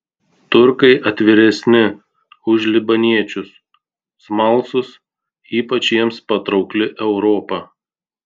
turkai atviresni už libaniečius smalsūs ypač jiems patraukli europa